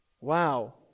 Wow